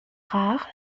rare